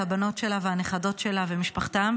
את הבנות שלה והנכדות שלה ומשפחתן.